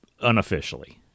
Unofficially